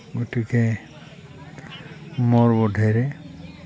গতিকে মোৰ বোধেৰে